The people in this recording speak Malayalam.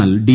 എന്നാൽ ഡി